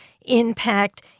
impact